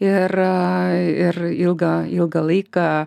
ir ir ilgą ilgą laiką